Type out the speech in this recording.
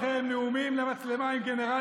נתנו להם 100%,